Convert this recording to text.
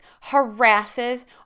harasses